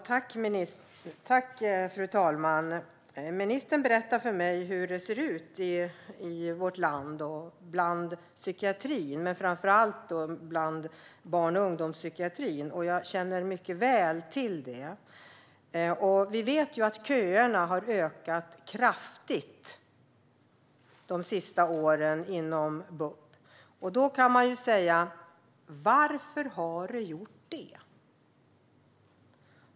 Fru talman! Ministern berättar för mig hur det ser ut i vårt land, i psykiatrin, framför allt barn och ungdomspsykiatrin. Jag känner mycket väl till hur det ser ut. Vi vet att köerna har ökat kraftigt de senaste åren inom BUP. Varför?